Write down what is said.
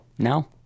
No